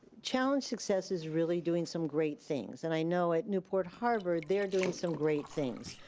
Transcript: challenge success is really doing some great things, and i know at newport harbor, they're doing some great things.